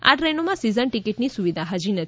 આ ટ્રેનો માં સિઝન ટિકિટની સુવિધા હૃજી નથી